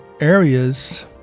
areas